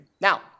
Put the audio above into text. Now